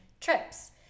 trips